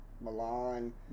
Milan